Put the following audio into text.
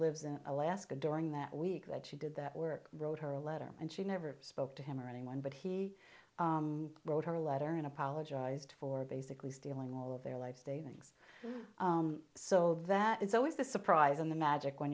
lives in alaska during that week that she did that work wrote her a letter and she never spoke to him or anyone but he wrote her a letter and apologized for basically stealing all of their lives day things so that is always the surprise in the magic when